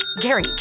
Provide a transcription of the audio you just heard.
Gary